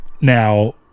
now